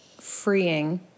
freeing